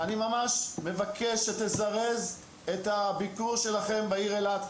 אני ממש מבקש שתזרז את הביקור שלכם כאן בעיר אילת,